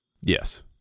yes